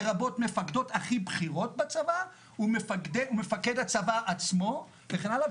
לרבות מפקדות הכי בכירות בצבא ומפקד הצבא עצמו וכן הלאה,